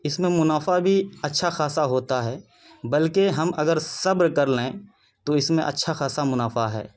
اس میں منافعہ بھی اچھا خاصہ ہوتا ہے بلکہ ہم اگر صبر کر لیں تو اس میں اچھا خاصہ منافعہ ہے